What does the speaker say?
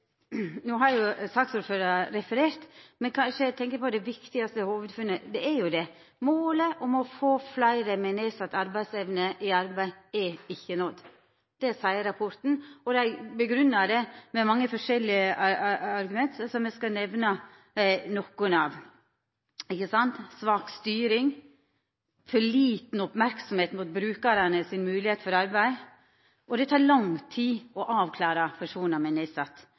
No har saksordføraren referert til rapporten, men eg tenkjer kanskje at det viktigaste hovudfunnet er at målet om å få fleire med nedsett arbeidsevne i arbeid, ikkje er nådd. Det seier rapporten, og han grunngjev det med mange forskjellige argument, som eg skal nemna nokre av: svak styring, for lite merksemd mot brukarane sine moglegheiter for arbeid, og at det tek lang tid å avklara om personar med nedsett